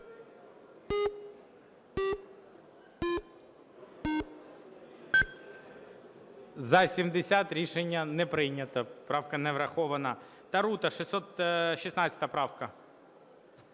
За-70 Рішення не прийнято. Правка не врахована. Тарута, 616 правка.